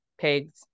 pigs